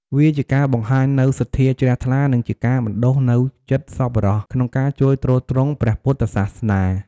វាជាការបង្ហាញនូវសទ្ធាជ្រះថ្លា និងជាការបណ្ដុះនូវចិត្តសប្បុរសក្នុងការជួយទ្រទ្រង់ព្រះពុទ្ធសាសនា។